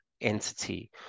entity